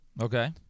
Okay